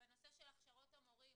בנושא של הכשרות המורים